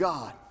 God